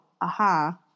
aha